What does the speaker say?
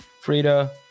Frida